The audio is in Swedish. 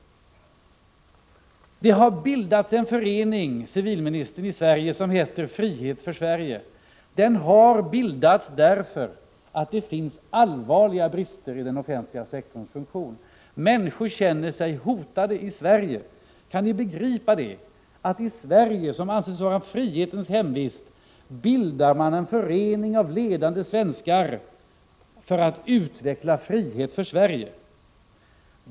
Det har, civilministern, bildats en förening som heter Frihet för Sverige. Den har bildats därför att det finns allvarliga brister i den offentliga sektorns funktion. Människor i Sverige känner sig hotade. Kan ni begripa det? I Sverige, som anses vara frihetens hemvist, bildar alltså ledande svenskar en förening för att utveckla frihet för Sverige.